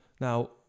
now